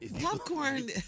Popcorn